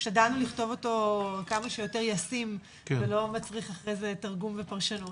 השתדלנו לכתוב אותו כמה שיותר ישים ולא מצריך אחר כך תרגום ופרשנות,